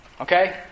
Okay